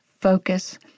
focus